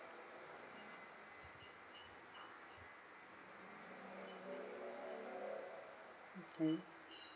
okay